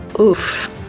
Oof